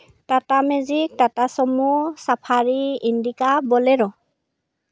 Tata magic Tata sumo safari Indica bolero